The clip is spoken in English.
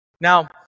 Now